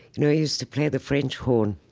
you know, he used to play the french horn